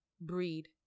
breed